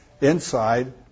inside